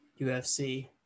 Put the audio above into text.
UFC